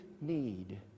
need